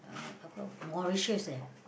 uh apa Mauritius eh